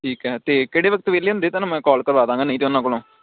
ਠੀਕ ਹੈ ਅਤੇ ਕਿਹੜੇ ਵਕਤ ਵਿਹਲੇ ਹੁੰਦੇ ਤੁਹਾਨੂੰ ਮੈਂ ਕੋਲ ਕਰਵਾ ਦਾਂਗਾ ਨਹੀਂ ਤਾਂ ਉਹਨਾਂ ਕੋਲੋਂ